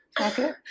Okay